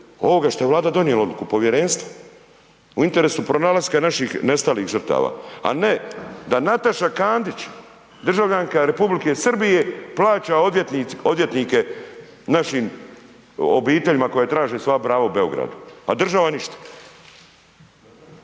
ovoga što je Vlada donijela odluku, Povjerenstva. U interesu pronalaska naših nestalih žrtava, a ne da Nataša Kandić, državljanka Republike Srbije, plaća odvjetnike našim obiteljima koji traže svoje pravo u Beogradu. A država ništa.